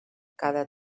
cada